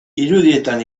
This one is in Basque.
irudietan